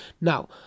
Now